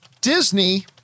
Disney